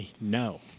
No